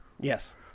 yes